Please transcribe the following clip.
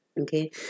Okay